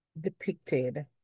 depicted